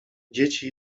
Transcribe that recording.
dzieci